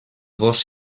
gos